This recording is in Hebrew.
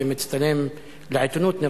ומצטלם לעיתונות.